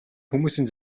хүмүүсийн